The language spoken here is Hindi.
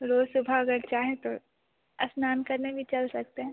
रोज़ सुबह अगर चाहें तो स्नान करने भी चल सकते हैं